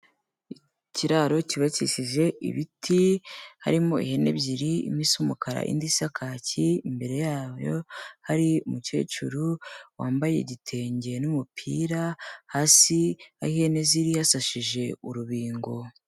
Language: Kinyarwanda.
Ikiraro kibakisi ibiti harimo ihene ebyiri, imwe isa umukara indi isa kaki, imbere yayo hari umukecuru wambaye igitenge n'umupira, hasi aho ihene ziri, hasashije urubingo.